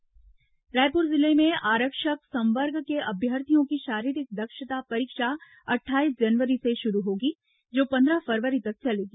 आरक्षक भर्ती रायपुर जिले में आरक्षक संवर्ग के अभ्यर्थियों की शारीरिक दक्षता परीक्षा अट्ठाईस जनवरी से शुरू होगी जो पन्द्रह फरवरी तक चलेगी